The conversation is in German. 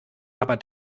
aber